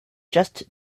just